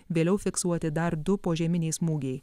vėliau fiksuoti dar du požeminiai smūgiai